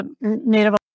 Native